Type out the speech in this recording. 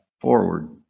forward